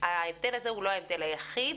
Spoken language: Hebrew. ההבדל הזה הוא לא ההבדל היחיד.